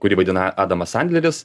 kurį vaidina adamas sandleris